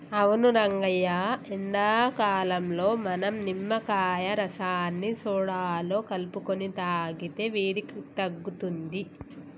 అవును రంగయ్య ఎండాకాలంలో మనం నిమ్మకాయ రసాన్ని సోడాలో కలుపుకొని తాగితే వేడి తగ్గుతుంది